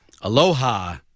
Aloha